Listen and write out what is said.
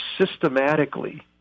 systematically